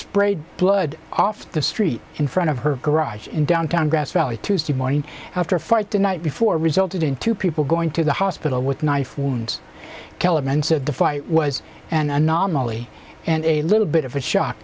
sprayed blood off the street in front of her garage in downtown grass valley tuesday morning after a fight the night before resulted in two people going to the hospital with knife wounds elements of the fight was an anomaly and a little bit of a shock